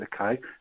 okay